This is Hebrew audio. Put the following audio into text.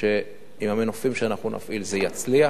שעם המנופים שאנחנו נפעיל זה יצליח.